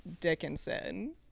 Dickinson